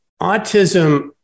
autism